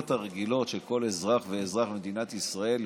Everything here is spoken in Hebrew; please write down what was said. הרגילות של כל אזרח ואזרח במדינת ישראל,